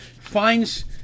finds